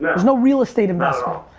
there's no real estate investment,